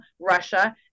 Russia